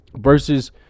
versus